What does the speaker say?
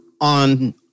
on